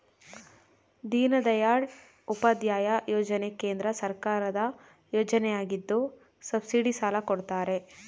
ದೀನದಯಾಳ್ ಉಪಾಧ್ಯಾಯ ಯೋಜನೆ ಕೇಂದ್ರ ಸರ್ಕಾರದ ಯೋಜನೆಯಗಿದ್ದು ಸಬ್ಸಿಡಿ ಸಾಲ ಕೊಡ್ತಾರೆ